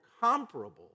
comparable